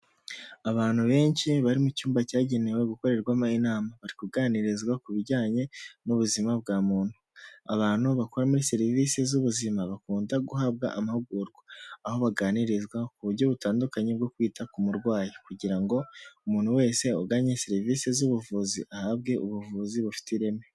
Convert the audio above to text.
Abantu benshi bari mu cyumba cyagenewe gukorerwamo inama bari kuganirizwa ku bijyanye n'ubuzima bwa muntu. Abantu bakoramo serivisi z'ubuzima bakunda guhabwa amahugurwa, aho baganirizwa ku buryo butandukanye bwo kwita ku murwayi kugira ngo umuntu wese uganye serivisi z'ubuvuzi, ahabwe ubuvuzi bufite ireme.